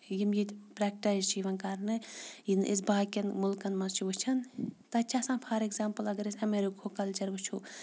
یِم ییٚتہِ پرٛکٹایز چھِ یِوان کَرنہٕ یہِ نہٕ أسۍ باقٕیَن مٕلکَن منٛز چھِ وٕچھان تَتہِ چھِ آسان فار اٮ۪کزامپٕل اگر أسۍ امیرِکہُک کَلچَر وٕچھو